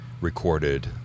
recorded